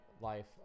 life